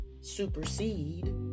supersede